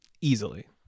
easily